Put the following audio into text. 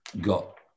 got